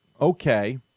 okay